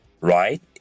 right